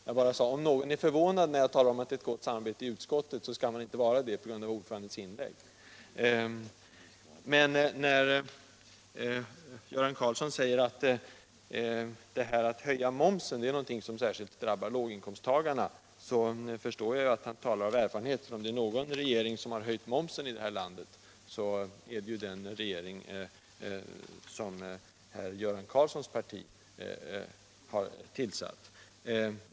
Vad jag sade var bara att man inte, trots herr ordförandens inlägg, skall vara förvånad över att det råder ett gott samarbete i utskottet. Men när Göran Karlsson säger att momshöjningen är något som särskilt drabbar låginkomsttagarna förstår jag att han talar av erfarenhet. Den regering som mest höjt momsen i det här landet är ju den som kom från Göran Karlssons parti.